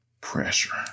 Pressure